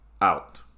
out